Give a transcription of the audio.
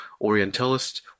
Orientalist